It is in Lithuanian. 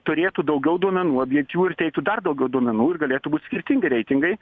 turėtų daugiau duomenų objektyvių ir teiktų dar daugiau duomenų ir galėtų būti skirtingi reitingai